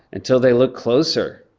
until they looked closer.